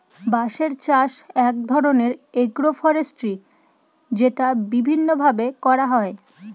বাঁশের চাষ এক ধরনের এগ্রো ফরেষ্ট্রী যেটা বিভিন্ন ভাবে করা হয়